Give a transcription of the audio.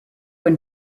and